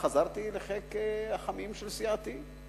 חזרתי לחיק החמים של סיעתי.